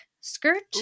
skirt